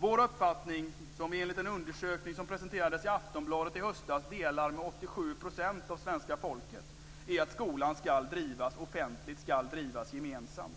Vår uppfattning, som vi enligt en undersökning som presenterades i Aftonbladet i höstas delar med 87 % av svenska folket, är att skolan skall drivas offentligt, skall drivas gemensamt.